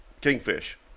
kingfish